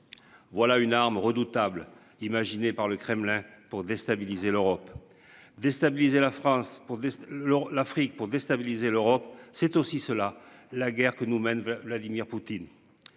Voilà une arme redoutable, imaginé par le Kremlin pour déstabiliser l'Europe. Déstabiliser la France pour l'heure l'Afrique pour déstabiliser l'Europe c'est aussi cela la guerre que nous mène vers Vladimir Poutine.